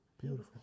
Beautiful